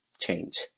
change